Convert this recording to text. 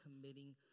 committing